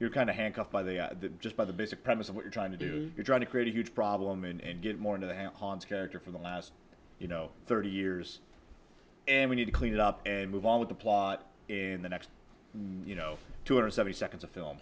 you're kind of handcuffed by the just by the basic premise of what you're trying to do you're trying to create a huge problem and get more into the character for the last you know thirty years and we need to clean it up and move on with the plot and the next you know two hundred seventy seconds of film